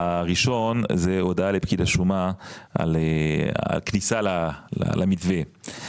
הראשון הוא הודעה לפקיד השומה על הכניסה למתווה.